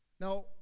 Now